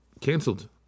canceled